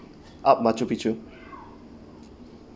up machu picchu